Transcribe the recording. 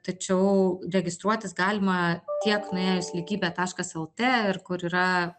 tačiau registruotis galima tiek nuėjus lygybė taškas lt ir kur yra